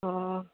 ହଁ